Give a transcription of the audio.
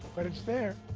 but it's there.